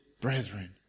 brethren